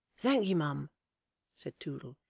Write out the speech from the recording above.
thankee, mum said toodle,